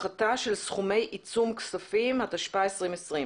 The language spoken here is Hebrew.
(הפחתה של סכומי עיצום כספי), התשפ"א-2020.